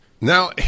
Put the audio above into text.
Now